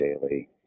daily